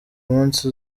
munsi